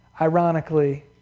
Ironically